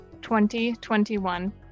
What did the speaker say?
2021